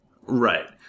Right